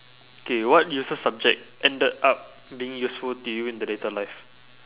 K what useless subject ended up being useful to you in the later life